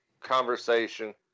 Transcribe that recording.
conversation